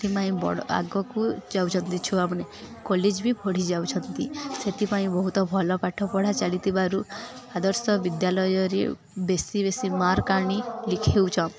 ସେଥିପାଇଁ ବଡ଼ ଆଗକୁ ଯାଉଛନ୍ତି ଛୁଆମାନେ କଲେଜ ବି ବଢ଼ି ଯାଉଛନ୍ତି ସେଥିପାଇଁ ବହୁତ ଭଲ ପାଠ ପଢ଼ା ଚାଲିଥିବାରୁ ଆଦର୍ଶ ବିଦ୍ୟାଳୟରେ ବେଶୀ ବେଶୀ ମାର୍କ ଆଣି ଲେଖେଇ ହଉଚନ୍